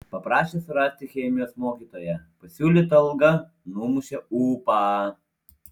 paprašė surasti chemijos mokytoją pasiūlyta alga numušė ūpą